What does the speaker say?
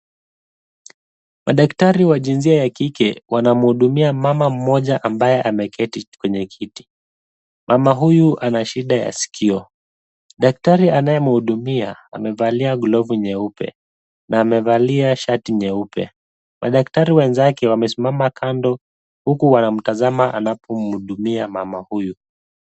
Madaktari wa jinsia ya kike wanamhudumia mama mmoja ambaye ameketi kwenye kiti. Mama huyu ana shida ya sikio. Daktari anayemhudumia amevalia glovu nyeupe na amevalia shati nyeupe. Madaktari wenzake wamesimama kando huku wanamtazama anapomhudumia mama huyu.